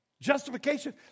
Justification